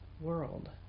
world